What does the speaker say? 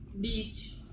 Beach